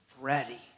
ready